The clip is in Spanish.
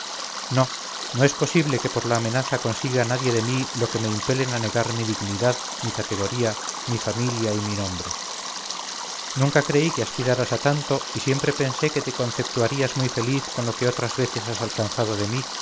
no no es posible que por la amenaza consiga nadie de mí lo que me impelen a negar mi dignidad mi categoría mi familia y mi nombre nunca creí que aspiraras a tanto y siempre pensé que te conceptuarías muy feliz con lo que otras veces has alcanzado de mí